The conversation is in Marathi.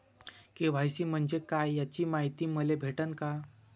के.वाय.सी म्हंजे काय याची मायती मले भेटन का?